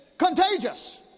Contagious